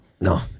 No